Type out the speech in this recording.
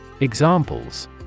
Examples